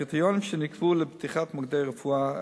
הקריטריונים שנקבעו לפתיחת מוקדי הרפואה: